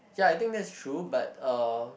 ya I think that's true but uh